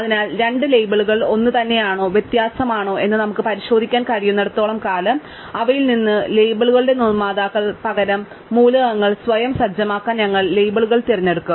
അതിനാൽ രണ്ട് ലേബലുകൾ ഒന്നുതന്നെയാണോ വ്യത്യസ്തമാണോ എന്ന് നമുക്ക് പരിശോധിക്കാൻ കഴിയുന്നിടത്തോളം കാലം അവയിൽ നിന്ന് ലേബലുകളുടെ നിർമ്മാതാക്കൾക്ക് പകരം മൂലകങ്ങൾ സ്വയം സജ്ജമാക്കാൻ ഞങ്ങൾ ലേബലുകൾ തിരഞ്ഞെടുക്കും